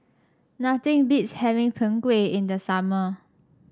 nothing beats having Png Kueh in the summer